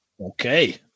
Okay